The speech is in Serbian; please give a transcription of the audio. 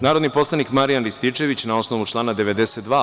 Narodni poslanik Marijan Rističević, na osnovu člana 92.